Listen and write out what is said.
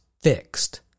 fixed